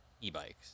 e-bikes